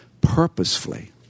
purposefully